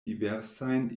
diversajn